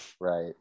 Right